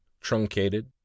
truncated